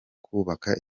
kubaka